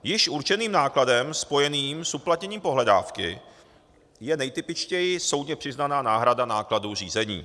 Již určeným nákladem spojeným s uplatněním pohledávky je nejtypičtěji soudně přiznaná náhrada nákladů řízení.